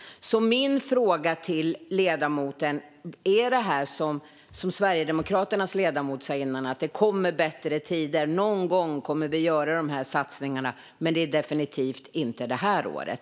Min fråga till ledamoten blir: Är det som Sverigedemokraternas ledamot sa tidigare: att det kommer att bli bättre tider och att ni kommer att göra de satsningarna någon gång, men definitivt inte det här året?